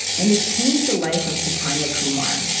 and it changed the life of chaitanya kumar.